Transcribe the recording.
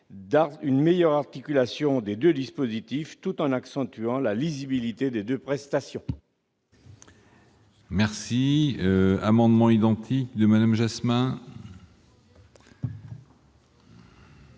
une meilleure articulation des deux dispositifs tout en accentuant la lisibilité des deux prestations.